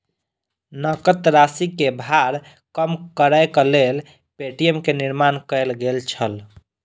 नकद राशि के भार कम करैक लेल पे.टी.एम के निर्माण कयल गेल छल